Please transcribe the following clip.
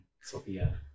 Sophia